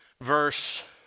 verse